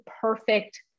perfect